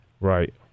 Right